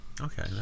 Okay